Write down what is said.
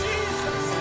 Jesus